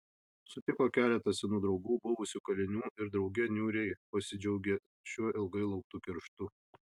sutiko keletą senų draugų buvusių kalinių ir drauge niūriai pasidžiaugė šiuo ilgai lauktu kerštu